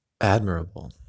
admirable